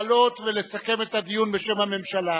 לעלות ולסכם את הדיון בשם הממשלה.